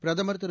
பிரதம் திரு